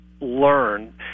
learn